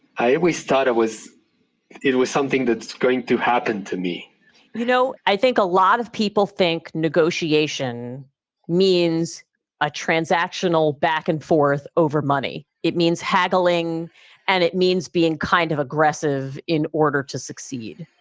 i always thought it was it it was something that's going to happen to me you know, i think a lot of people think negotiation means a transactional back and forth over money. it means haggling and it means being kind of aggressive in order to succeed.